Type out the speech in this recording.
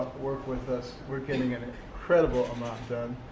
work with us. we're getting an incredible amount done.